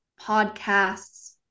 podcasts